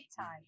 time